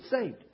saved